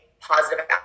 positive